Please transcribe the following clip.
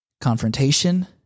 confrontation